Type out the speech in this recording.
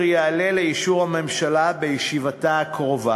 יועלה לאישור הממשלה בישיבתה הקרובה